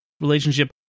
relationship